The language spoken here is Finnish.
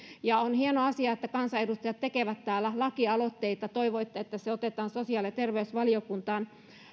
on hieno asia että kansanedustajat tekevät täällä lakialoitteita toivoitte että se otetaan sosiaali ja terveysvaliokuntaan